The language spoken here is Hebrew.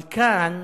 אבל כאן